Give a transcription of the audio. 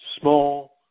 small